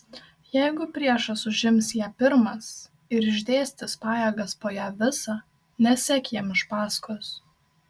jeigu priešas užims ją pirmas ir išdėstys pajėgas po ją visą nesek jam iš paskos